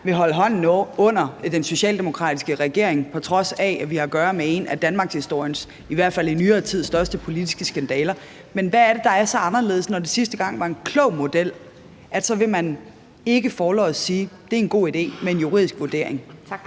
vil holde hånden under den socialdemokratiske regering, på trods af at vi har at gøre med en af danmarkshistoriens, i hvert fald i nyere tid, største politiske skandaler. Men hvad er det, der er så anderledes, når det sidste gang var en klog model, at man ikke forlods vil sige, om det er en god idé med en juridisk vurdering? Kl.